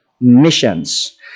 Missions